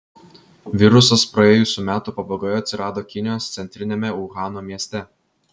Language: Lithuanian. virusas praėjusių metų pabaigoje atsirado kinijos centriniame uhano mieste